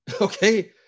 Okay